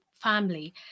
family